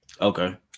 Okay